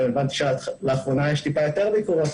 הבנתי שאולי לאחרונה יש טיפה יותר ביקורות,